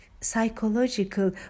psychological